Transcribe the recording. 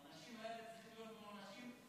האנשים האלה נכון מאוד.